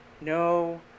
no